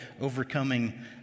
overcoming